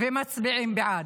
ומצביעים בעד.